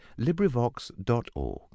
LibriVox.org